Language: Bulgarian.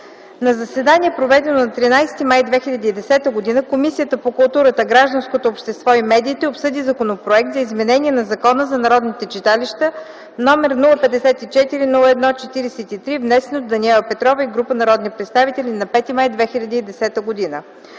На заседание, проведено на 13 май 2010 г., Комисията по културата, гражданското общество и медиите обсъди Законопроект за изменение на Закона за народните читалища, № 054-01-43, внесен от Даниела Петрова и група народни представители на 5 май 2010 г.